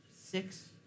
six